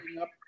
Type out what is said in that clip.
up